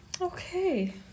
Okay